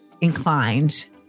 inclined